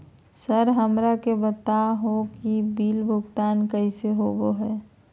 Sir हमरा के बता हो कि बिल भुगतान कैसे होबो है?